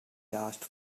lasts